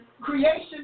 creation